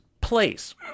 Place